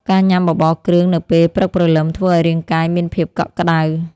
ការញ៉ាំបបរគ្រឿងនៅពេលព្រឹកព្រលឹម ធ្វើឱ្យរាងកាយមានភាពកក់ក្តៅ។